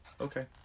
okay